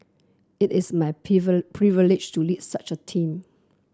it is my privilege to lead such a team